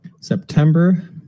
September